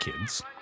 kids